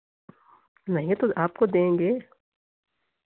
नहीं तो आपको देंगे